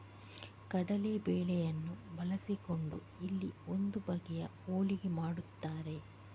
ಕಡಲೇ ಬೇಳೆಯನ್ನ ಬಳಸಿಕೊಂಡು ಇಲ್ಲಿ ಒಂದು ಬಗೆಯ ಹೋಳಿಗೆ ಮಾಡ್ತಾರೆ